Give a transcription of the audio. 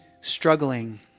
struggling